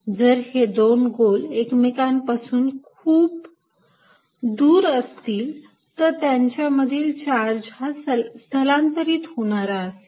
जर हे दोन गोल एकमेकांपासून खूप दूर असतील तर त्यांच्यावरील चार्ज हा स्थलांतरित होणारा असेल